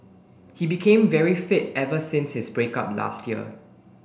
he became very fit ever since his break up last year